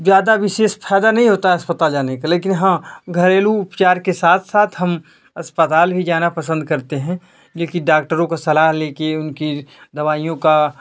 ज़्यादा विशेष फायदा नहीं होता है अस्पताल जाने का लेकिन हाँ घरेलू उपचार के साथ साथ हम अस्पताल भी जाना पसंद करते हैं क्योंकि डॉक्टरों की सलाह लेकर उनकी दवाइयों का